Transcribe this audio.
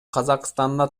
казакстанда